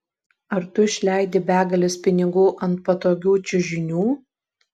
ar tu išleidi begales pinigų ant patogių čiužinių